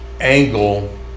angle